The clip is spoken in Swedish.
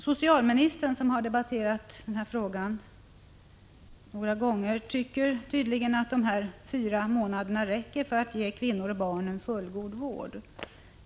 Socialministern, som har debatterat denna fråga några gånger, tycker tydligen att dessa fyra månader räcker för att ge kvinnor och barn en fullgod vård.